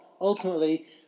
Ultimately